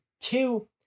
two